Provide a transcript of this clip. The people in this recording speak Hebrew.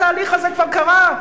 התהליך הזה כבר קרה,